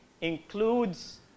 includes